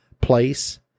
place